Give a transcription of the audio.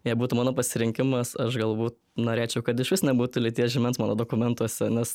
jei būtų mano pasirinkimas aš galbūt norėčiau kad išvis nebūtų lyties žymens mano dokumentuose nes